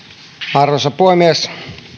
arvoisa puhemies